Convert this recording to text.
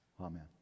Amen